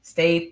Stay